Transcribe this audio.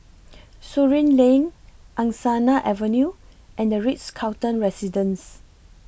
Surin Lane Angsana Avenue and The Ritz Carlton Residences